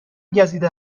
گزیده